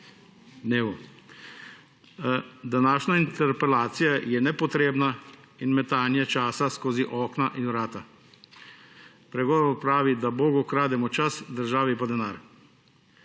dnevu. Današnja interpelacija je nepotrebna in metanje časa skozi okna in vrata. Pregovor pravi, da bogu krademo čas, državi pa denar.